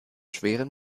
schweren